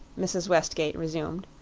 mrs. westgate resumed.